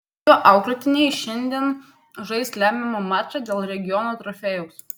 jo auklėtiniai šiandien žais lemiamą mačą dėl regiono trofėjaus